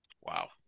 Wow